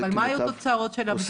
מה היו התוצאות של הבדיקה?